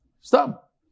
Stop